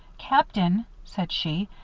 captain said she,